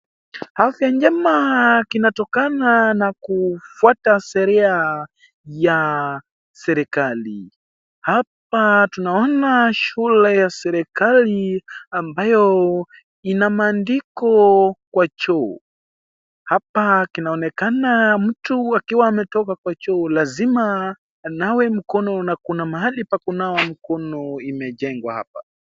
Afya njema kinatokana na kufuata sheria ya serikali. Hapa tunaona shule ya serikali ambayo ina maandiko kwa choo. Hapa kinaonekana mtu akitoka kwa choo lazima anawe mkono na kuna mahali pa kunawa mkono imejengwa hapa.